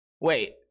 wait